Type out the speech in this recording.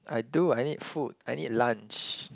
I do I need food I need lunch